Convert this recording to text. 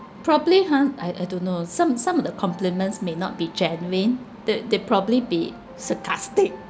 probably ha I I don't know some some of the compliments may not be genuine they they probably be sarcastic